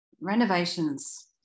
renovations